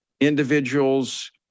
individuals